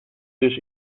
dus